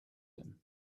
him